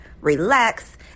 relax